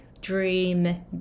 dream